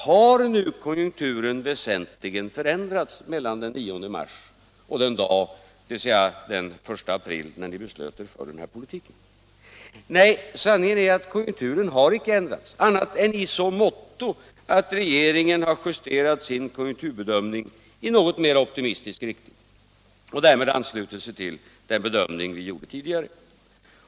Har nu konjunkturen väsentligen förändrats mellan den 9 mars och den 1 april, när ni beslöt er för den här politiken? Nej, sanningen är att konjunkturen icke ändrats annat än i så måtto att regeringen har justerat konjunkturbedömningen i något mer optimistisk riktning och därmed anslutit sig till den bedömning vi gjorde tidigare.